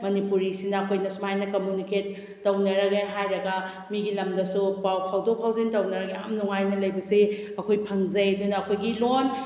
ꯃꯅꯤꯄꯨꯔꯤꯁꯤꯅ ꯑꯩꯈꯣꯏꯅ ꯁꯨꯃꯥꯏꯅ ꯀꯃꯨꯅꯤꯀꯦꯠ ꯇꯧꯅꯔꯒꯦ ꯍꯥꯏꯔꯒ ꯃꯤꯒꯤ ꯂꯝꯗꯁꯨ ꯄꯥꯎ ꯐꯥꯎꯗꯣꯛ ꯐꯥꯎꯖꯤꯟ ꯇꯧꯅꯔꯒ ꯌꯥꯝ ꯅꯨꯡꯉꯥꯏꯅ ꯂꯩꯕꯁꯦ ꯑꯩꯈꯣꯏ ꯐꯪꯖꯩ ꯑꯗꯨꯅ ꯑꯩꯈꯣꯏꯒꯤ ꯂꯣꯟ